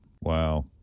Wow